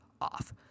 off